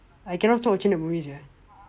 I cannot stop watching that movie sia